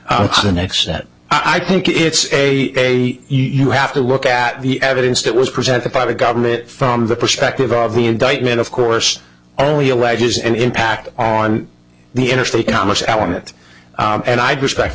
that i think it's a you have to look at the evidence that was presented by the government from the perspective of the indictment of course only alleges and impact on the interstate commerce allan it and i'd respect